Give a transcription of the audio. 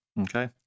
Okay